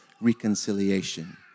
reconciliation